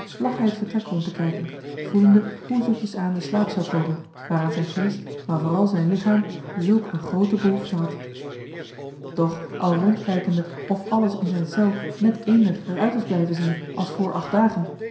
hij het vertrek rond te kijken voelende hoe zoetjesaan de slaap zou komen waaraan zijn geest maar vooral zijn lichaam zulk een groote behoefte had doch al rondkijkende of alles in zijn cel net eender er uit was blijven zien als voor acht dagen